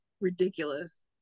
ridiculous